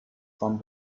some